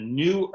new